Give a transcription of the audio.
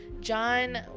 John